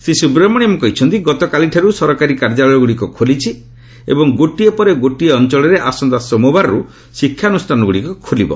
ଶ୍ରୀ ସୁବ୍ରମଣ୍ୟମ୍ କହିଛନ୍ତି ଗତକାଲିଠାରୁ ସରକାରୀ କାର୍ଯ୍ୟାଳୟଗୁଡ଼ିକ ଖୋଲିଛି ଏବଂ ଗୋଟିଏ ପରେ ଗୋଟିଏ ଅଞ୍ଚଳରେ ଆସନ୍ତା ସୋମବାରର୍ତ ଶିକ୍ଷାନୁଷ୍ଠାନଗୁଡ଼ିକ ଖୋଲିବ